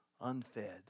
unfed